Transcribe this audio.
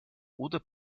oder